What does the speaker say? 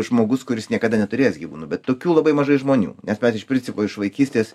žmogus kuris niekada neturėjęs gyvūnų bet tokių labai mažai žmonių nes iš principo iš vaikystės